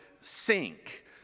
sink